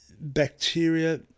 Bacteria